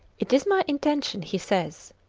it is my intention, he says,